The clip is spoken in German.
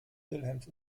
wilhelms